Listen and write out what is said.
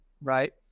right